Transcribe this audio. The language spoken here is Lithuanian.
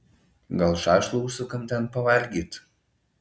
gal šašlų užsukam ten pavalgyt